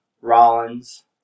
Rollins